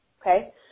okay